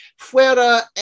Fuera